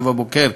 נאוה בוקר,